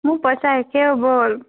মোৰ পইচা শেষে হ'বৰ হ'ল